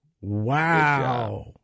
Wow